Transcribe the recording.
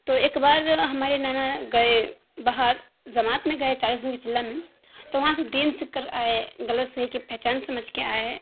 تو ایک بار ہمارے نانا گئے باہر جماعت میں گئے چالیس دن کے چلہ میں تو وہاں سے دین سیکھ کر آئے غلط صحیح کے پہچان سمجھ کے آئے